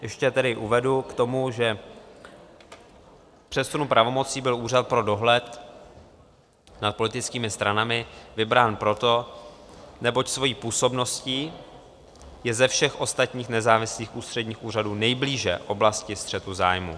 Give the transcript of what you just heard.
Ještě tedy uvedu k tomu, že k přesunu pravomocí byl Úřad pro dohled nad politickými stranami vybrán proto, neboť svojí působností je ze všech ostatních nezávislých ústředních úřadů nejblíže oblasti střetu zájmů.